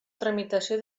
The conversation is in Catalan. tramitació